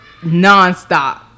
nonstop